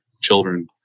children